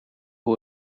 hoe